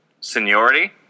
seniority